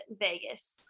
Vegas